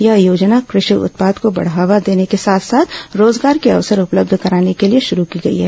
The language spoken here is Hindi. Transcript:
यह योजना कृषि उत्पाद को बढावा देने के साथ साथ रोजगार के अवसर उपलब्ध कराने के लिए शुरू की गई है